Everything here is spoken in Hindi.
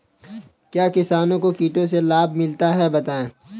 क्या किसानों को कीटों से लाभ भी मिलता है बताएँ?